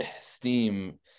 Steam